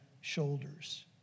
shoulders